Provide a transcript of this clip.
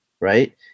right